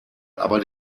aber